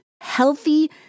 healthy